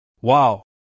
Wow